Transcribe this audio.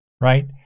right